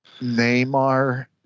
Neymar